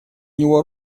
него